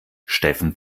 steffen